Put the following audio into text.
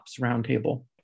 roundtable